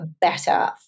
better